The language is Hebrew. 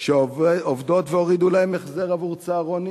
ישנן נכות חד-הוריות שעובדות והורידו להן החזר עבור צהרונים,